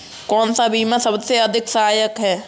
कौन सा बीमा सबसे अधिक सहायक है?